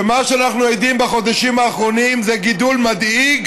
שמה שאנחנו עדים לו בחודשים האחרונים זה גידול מדאיג